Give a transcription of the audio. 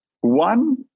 One